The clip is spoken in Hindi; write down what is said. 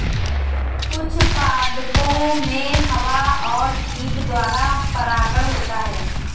कुछ पादपो मे हवा और कीट द्वारा परागण होता है